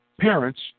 parents